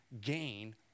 gain